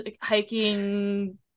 hiking